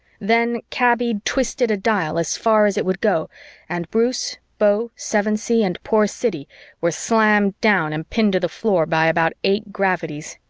then kaby twisted a dial as far as it would go and bruce, beau, sevensee and poor siddy were slammed down and pinned to the floor by about eight gravities.